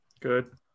Good